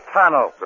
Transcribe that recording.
tunnel